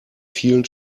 vielen